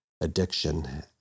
addiction